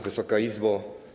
Wysoka Izbo!